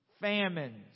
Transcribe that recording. Famines